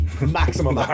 maximum